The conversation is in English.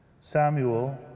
Samuel